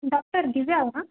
doctor Girija ಅವರಾ